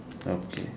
okay